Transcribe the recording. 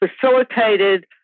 facilitated